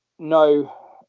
No